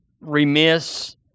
remiss